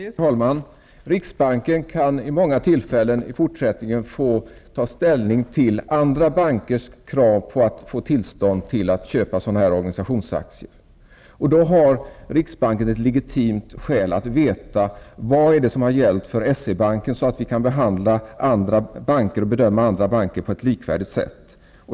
Fru talman! Riksbanken kan vid flera tillfällen i fortsättningen få ta ställning till andra bankers krav på att få tillstånd att köpa organisationsaktier. Då har riksbanken ett legitimt skäl att veta vad som har gällt för SE-banken, så att man kan behandla andra banker på ett likvärdigt sätt.